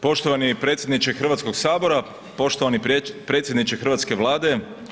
Poštovani predsjedniče Hrvatskog sabora, poštovani predsjedniče hrvatske Vlade.